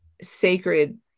sacred